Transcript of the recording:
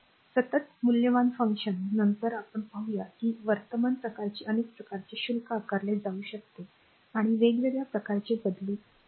सतत मूल्यवान फंक्शन नंतर आपण पाहूया की वर्तमान प्रकारचे अनेक प्रकारचे शुल्क आकारले जाऊ शकते आणि वेगवेगळ्या प्रकारे बदलू शकते